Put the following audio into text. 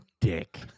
dick